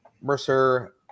Mercer